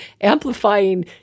amplifying